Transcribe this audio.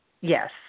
Yes